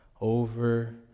over